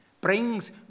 brings